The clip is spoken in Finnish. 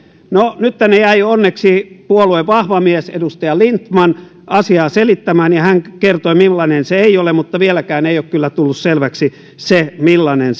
no nyt tänne jäi onneksi puolueen vahva mies edustaja lindtman asiaa selittämään ja hän kertoi millainen se ei ole mutta vieläkään ei ole kyllä tullut selväksi millainen